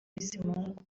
bizimungu